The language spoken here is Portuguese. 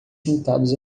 sentados